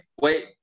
Wait